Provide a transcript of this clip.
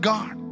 God